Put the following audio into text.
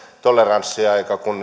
toleranssiaika kun